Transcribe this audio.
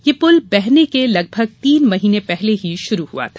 यह पुल बहने के लगभग तीन माह पहले ही शुरू हुआ था